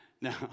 no